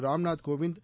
Ramnath Kovind